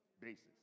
basis